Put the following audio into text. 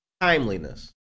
Timeliness